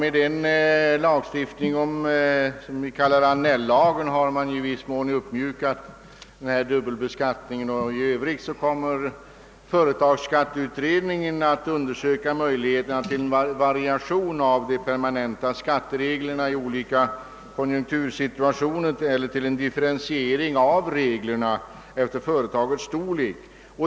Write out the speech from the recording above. Med den s.k. Annelllagen har den påtalade dubbelbeskattningen i viss mån uppmjukats, och företagsskatteutredningen kommer också att undersöka möjligheterna att variera de permanenta skattereglerna i olika konjunktursituationer och att differentiera reglerna efter företagets storlek.